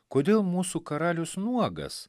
kodėl mūsų karalius nuogas